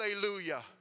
Hallelujah